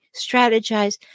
strategize